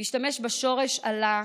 משתמש בשורש על"ה